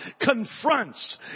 confronts